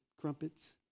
crumpets